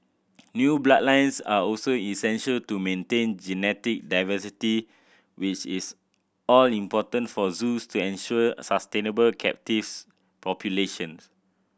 new bloodlines are also essential to maintain genetic diversity which is all important for zoos to ensure sustainable captives populations